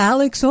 Alex